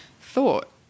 thought